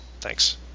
thanks